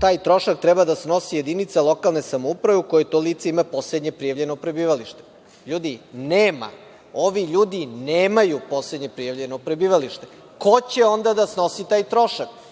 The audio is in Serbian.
taj trošak treba da snosi jedinica lokalne samouprave u kojoj to lice ima poslednje prijavljeno prebivalište. LJudi, nema, ovi ljudi nemaju poslednje prijavljeno prebivalište. Ko će onda da snosi taj trošak? Mislim